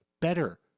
better